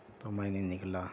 تو میں نے نکلا